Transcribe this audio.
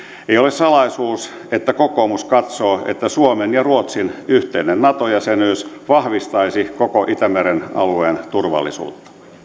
salaisuus että kokoomus katsoo että suomen ja ruotsin yhteinen nato jäsenyys vahvistaisi koko itämeren alueen turvallisuutta